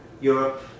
Europe